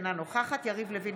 אינה נוכחת יריב לוין,